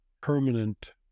permanent